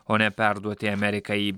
o ne perduoti amerikai